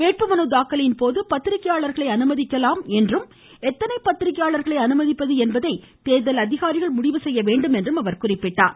வேட்புமனு தாக்கலின் போது பத்திரிக்கையாளர்களை அனுமதிக்கலாம் என்றும் எத்தனை பத்திரிக்கையாளர்களை அனுமதிப்பது என்பதை தேர்தல் அதிகாரிகள் முடிவு செய்ய வேண்டும் என்றும் குறிப்பிட்டார்